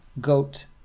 GOAT